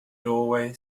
doorway